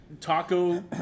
Taco